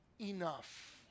enough